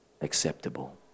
acceptable